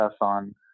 on